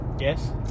Yes